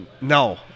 No